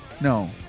No